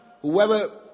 Whoever